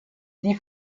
die